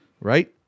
right